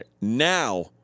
now—